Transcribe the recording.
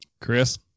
Chris